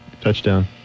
Touchdown